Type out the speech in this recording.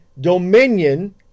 dominion